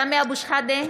(קוראת בשמות חברי הכנסת) סמי אבו שחאדה,